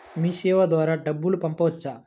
మీసేవ ద్వారా డబ్బు పంపవచ్చా?